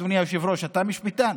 אדוני היושב-ראש, אתה משפטן.